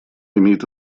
имеет